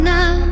now